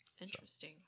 Interesting